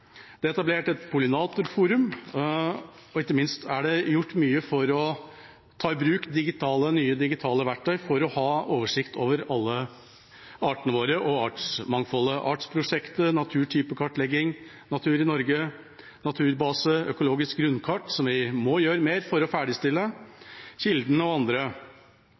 Det er etablert et pollinatorforum, og ikke minst er det gjort mye for å ta i bruk nye digitale verktøy for å ha oversikt over alle artene våre og artsmangfoldet. Vi har Artsprosjektet, naturtypekartlegging, Natur i Norge, Naturbase, økologisk grunnkart, som vi må gjøre mer for å ferdigstille, Kilden og andre.